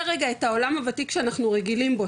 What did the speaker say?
רגע את העולם הוותיק שאנחנו רגילים בו,